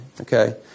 okay